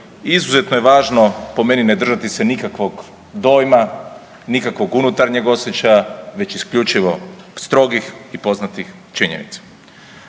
izuzetno je važno po meni ne držati se nikakvog dojma nikakvog unutarnjeg osjećaja već isključivo strogih i poznatih činjenica.